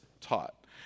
taught